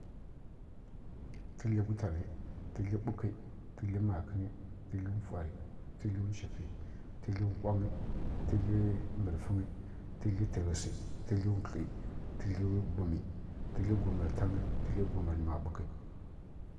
Tǝglǝ gwutanǝ tǝglǝ ɓughi tǝgli makǝni tǝgli mfwari tǝgli nwchufi tǝgfli nkwangyi tǝgli mbǝrfǝngyi tǝgli tǝghǝsi tǝgli wkli tǝgli gwumǝ tǝgli gwumǝri tanǝ tǝghli gwumǝ rǝ makǝni